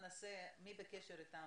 ונתייחס למי שיכול לתת לנו תשובות,